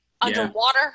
Underwater